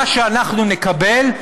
מה שאנחנו נקבל,